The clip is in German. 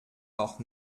auch